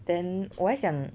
then 我还想